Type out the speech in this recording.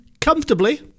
comfortably